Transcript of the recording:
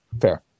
fair